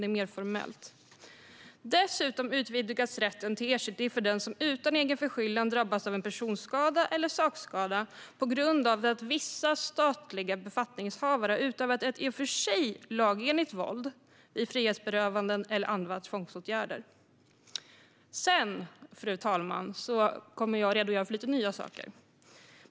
Det är mer en formell fråga. Dessutom utvidgas rätten till ersättning för den som utan egen förskyllan drabbas av en personskada eller sakskada på grund av att vissa statliga befattningshavare har utövat ett i och för sig lagenligt våld vid frihetsberövanden eller andra tvångsåtgärder. Nu, fru talman, kommer jag att redogöra för några nya saker.